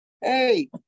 hey